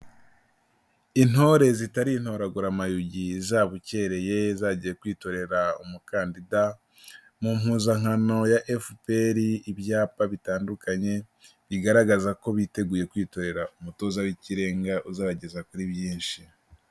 Intore zitari intoraguramayugi zabukereye, zagiye kwitorera umukandida mu mpuzankano ya FPR, ibyapa bitandukanye bigaragaza ko biteguye kwitorera umutoza w'ikirenga uzabageza kuri byinshi.